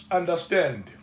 understand